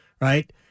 right